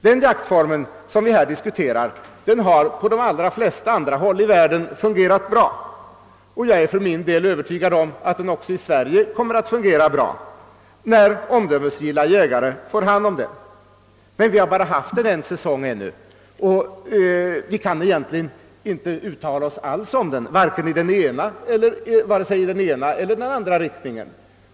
Den jaktform vi nu diskuterar har på de allra flesta håll i världen fungerat bra, och jag är övertygad om att den också i Sverige kommer att fungera bra när omdömesgilla jägare får hand om den. Men vi har tillämpat den endast en säsong och kan egentligen ännu inte uttala oss alls om den, vare sig i den ena eller andra riktningen.